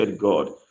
god